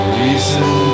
reason